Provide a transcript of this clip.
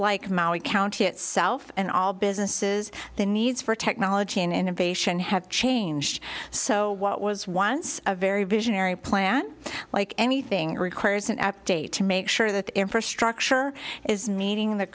like county itself and all businesses the needs for technology and innovation have changed so what was once a very visionary plan like anything requires an update to make sure that the infrastructure is meeting the